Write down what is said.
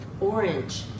Orange